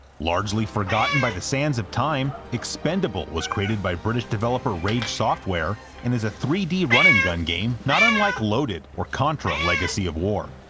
largely forgotten by the sands of time, expendable was created by british developer rage software, and is a three d run and gun game not unlike loaded or contra legacy of war.